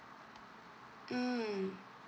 mm